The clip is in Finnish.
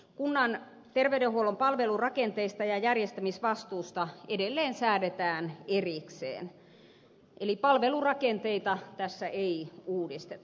kunnan terveydenhuollon palvelurakenteesta ja järjestämisvastuusta edelleen säädetään erikseen eli palvelurakenteita tässä ei uudisteta